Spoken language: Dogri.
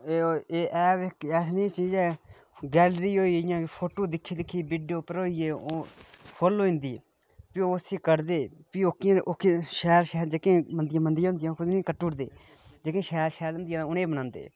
एह् ऐप इक ऐसी जेही चीज ऐ गैल्री होई जियां फोटो दिक्खी दिक्खी वीड़ियो परोई फुल्ल होई जंदी फ्ही उसी कढदे फ्ही जेह्कियां मंदिया मंदिया होंदियां ओह्कियां कट्टी ओड़दे जेह्कियां शैल शैल होंदियां उ'नें गी बनांदे